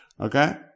Okay